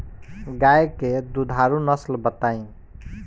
गाय के दुधारू नसल बताई?